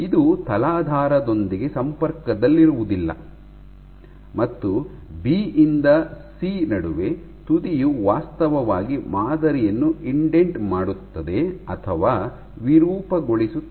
ಇದು ತಲಾಧಾರದೊಂದಿಗೆ ಸಂಪರ್ಕದಲ್ಲಿರುವುದಿಲ್ಲ ಮತ್ತು ಬಿ ಯಿಂದ ಸಿ ನಡುವೆ ತುದಿಯು ವಾಸ್ತವವಾಗಿ ಮಾದರಿಯನ್ನು ಇಂಡೆಂಟ್ ಮಾಡುತ್ತದೆ ಅಥವಾ ವಿರೂಪಗೊಳಿಸುತ್ತದೆ